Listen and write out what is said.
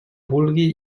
vulgui